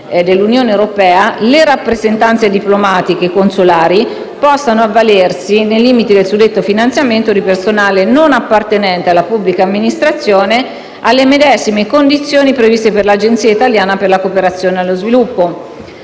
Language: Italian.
dell'Unione europea, le rappresentanze diplomatiche e consolari possano avvalersi, nei limiti del suddetto finanziamento, di personale non appartenente alla pubblica amministrazione alle medesime condizioni previste per l'Agenzia italiana per la cooperazione allo sviluppo.